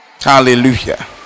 Hallelujah